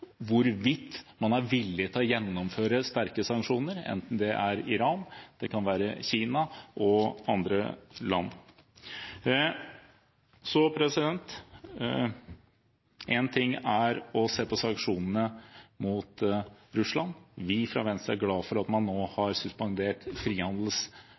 hvorvidt man er villig til å gjennomføre sterke sanksjoner, enten det er Iran, Kina eller andre land. Én ting er å se på sanksjonene mot Russland. Vi i Venstre er glad for at man nå